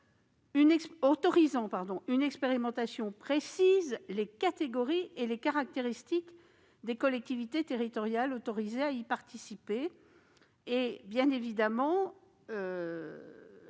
autorisant une expérimentation précise les catégories et les caractéristiques des collectivités territoriales autorisées à y participer. Bien évidemment,